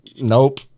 nope